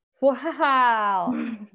Wow